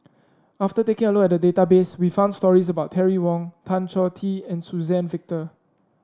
after taking a look at the database we found stories about Terry Wong Tan Choh Tee and Suzann Victor